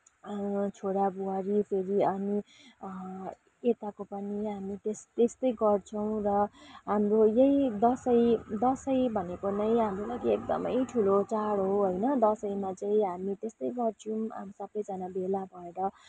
छोरा बुहारी फेरि हामी यताको पनि हामी त्यस्तै गर्छौँ र हाम्रो यही दसैँ दसैँ भनेको नै हाम्रो लागि एकदमै ठुलो चाड हो होइन दसैँमा चाहिँ हामी त्यस्तै गर्छौँ हामी सबैजाना भेला भएर